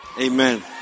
Amen